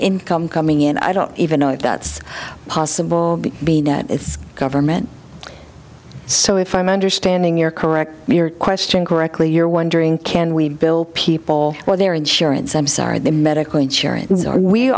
income coming in i don't even know if that's possible if the government so if i'm understanding your correct question correctly you're wondering can we bill people for their insurance i'm sorry the medical insurance or we